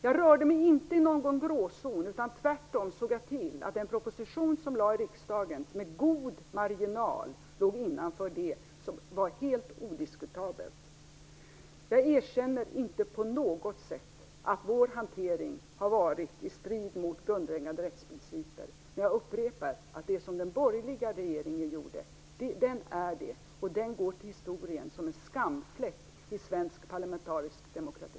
Jag rörde mig inte i någon gråzon utan såg tvärtom till att den proposition som lades fram i riksdagen med god marginal låg innanför det som var helt odiskutabelt. Jag erkänner inte på något sätt att vår hantering har varit i strid med grundläggande rättsprinciper, men jag upprepar att det som den borgerliga regeringen gjorde var det. Det går till historien som en skamfläck i svensk parlamentarisk demokrati.